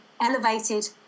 elevated